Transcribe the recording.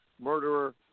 murderer